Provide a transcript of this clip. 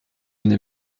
n’est